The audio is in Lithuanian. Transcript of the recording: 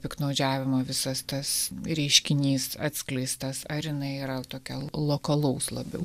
piktnaudžiavimo visas tas reiškinys atskleistas ar jinai yra tokia lokalaus labiau